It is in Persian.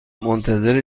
منتظر